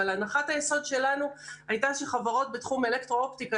אבל הנחת היסוד שלנו הייתה שחברות בתחום אלקטרואופטיקה